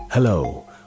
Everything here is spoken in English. Hello